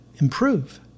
improve